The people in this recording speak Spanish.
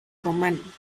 román